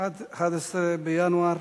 אין נמנעים.